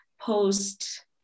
post